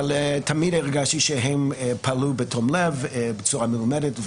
אבל תמיד הרגשתי שהם פעלו בתום לב ובצורה מלומדת.